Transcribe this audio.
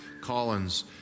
Collins